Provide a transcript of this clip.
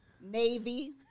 Navy